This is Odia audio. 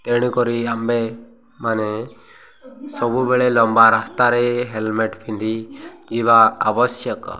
ତେଣୁ କରି ଆମ୍ଭେମାନେ ସବୁବେଳେ ଲମ୍ବା ରାସ୍ତାରେ ହେଲମେଟ୍ ପିନ୍ଧି ଯିବା ଆବଶ୍ୟକ